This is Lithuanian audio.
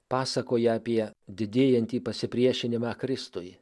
pasakoja apie didėjantį pasipriešinimą kristui